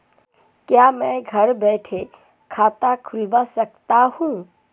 क्या मैं घर बैठे खाता खुलवा सकता हूँ?